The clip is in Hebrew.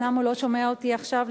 אומנם הוא לא שומע אותי עכשיו,